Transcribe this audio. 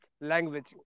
language